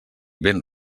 ben